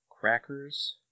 crackers